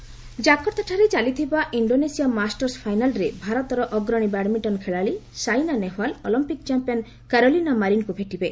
badminton Saina ଜାକର୍ତ୍ତାଠାରେ ଚାଲିଥିବା Indonesia masters ଫାଇନାଲରେ ଭାରତର ଅଗ୍ରଣୀ ବ୍ୟାଡମିଣ୍ଟନ ଖେଳାଳୀ ସାଇନା ନେହୱାଲ ଅଲିମ୍ପିକିଚାମ୍ପିୟନ କାରେଲିନା ମାରିନଙ୍କୁ ଭେଟିବେ